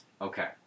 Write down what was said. Okay